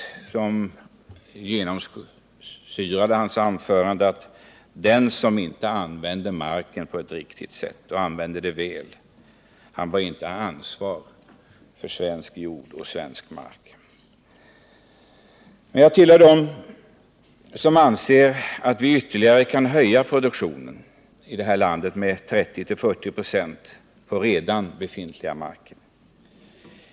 Den uppfattning som genomsyrade hans anförande var att den som inte använder marken på ett riktigt sätt, han bör inte ha ansvar för svensk jord och svensk mark. Men jag tillhör dem som anser att vi kan höja produktionen i det här landet med ytterligare 30-40 96 på redan befintliga marker.